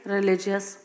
Religious